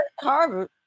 harvard